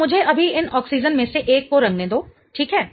तो मुझे अभी इन ऑक्सिजन में से एक को रंगने दो ठीक है